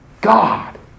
God